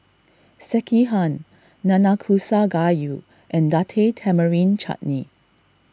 Sekihan Nanakusa Gayu and Date Tamarind Chutney